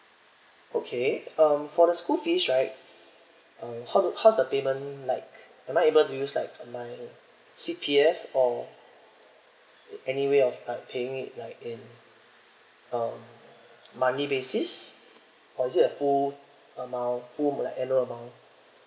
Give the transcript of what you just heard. okay um for the school fees right um how how's the payment like am I able to use like my C_P_F or any way of like paying it like in um monthly basis or is it a full amount full annual amount